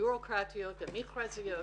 בירוקרטיות ומכרזיות,